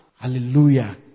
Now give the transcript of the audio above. Hallelujah